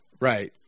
Right